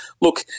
Look